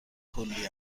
کلی